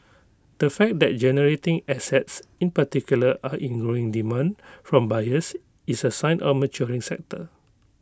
the fact that generating assets in particular are in growing demand from buyers is A sign of A maturing sector